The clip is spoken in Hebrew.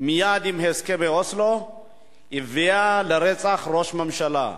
מייד עם הסכמי אוסלו הביאה לרצח ראש ממשלה.